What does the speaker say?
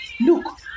Look